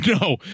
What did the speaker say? no